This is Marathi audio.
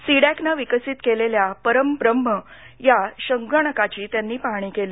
सीडॅकनं विकसित केलेल्या परमब्रह्म या संगणकाची त्यांनी पाहणी केली